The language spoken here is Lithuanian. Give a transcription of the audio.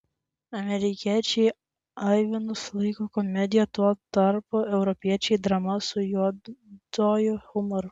amerikiečiai avinus laiko komedija tuo tarpu europiečiai drama su juoduoju humoru